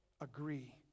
agree